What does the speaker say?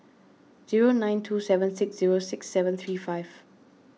zero nine two seven six zero six seven three five